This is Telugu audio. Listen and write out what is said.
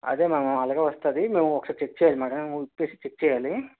అదే మ్యాడమ్ అలగే వస్తుంది మేము ఒకసారి చెక్ చెయ్యాలి మ్యాడమ్ విప్పేసి చెక్ చెయ్యాలి